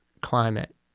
climate